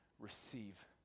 Receive